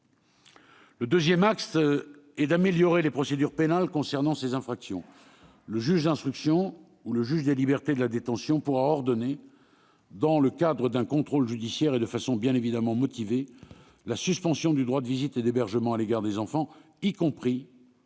Le deuxième axe consiste à améliorer les procédures pénales concernant ces infractions. Le juge d'instruction ou le juge des libertés et de la détention pourra ordonner, dans le cadre d'un contrôle judiciaire et en motivant bien évidemment sa décision, la suspension du droit de visite et d'hébergement à l'égard des enfants, y compris